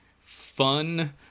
fun